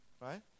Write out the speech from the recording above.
Right